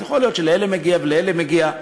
אז יכול להיות שלאלה מגיע ולאלה מגיע,